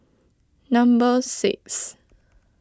number six